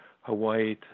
Hawaii